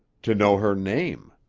to know her name.